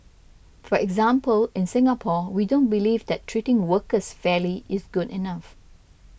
for example in Singapore we don't believe that treating workers fairly is good enough